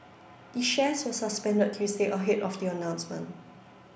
the shares were suspended Tuesday ahead of the announcement